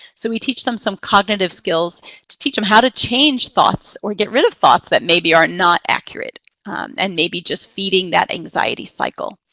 so we teach them some cognitive skills to teach them how to change thoughts or get rid of thoughts that maybe are not accurate and may be just feeding that anxiety cycle.